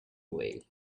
way